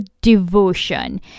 devotion